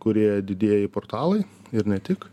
kurie didieji portalai ir ne tik